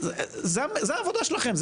זה העבודה שלכם,